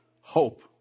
hope